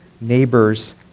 neighbors